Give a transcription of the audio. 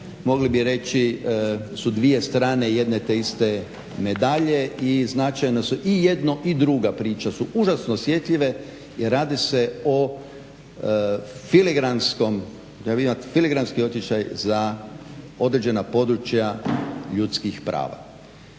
mogli bi reći, su dvije strane jedne te iste medalje i značajno su. I jedna i druga priča su užasno osjetljive jer radi se filigranskom, ja imam filigranski osjećaj za određena područja ljudskih prava.